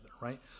right